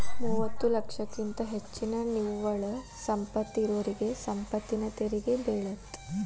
ಮೂವತ್ತ ಲಕ್ಷಕ್ಕಿಂತ ಹೆಚ್ಚಿನ ನಿವ್ವಳ ಸಂಪತ್ತ ಇರೋರಿಗಿ ಸಂಪತ್ತಿನ ತೆರಿಗಿ ಬೇಳತ್ತ